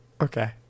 Okay